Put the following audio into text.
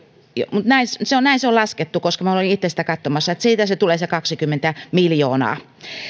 mutta näin se on laskettu koska minä olin itse sitä katsomassa että siitä se tulee se kaksikymmentä miljoonaa